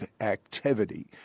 activity